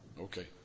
Okay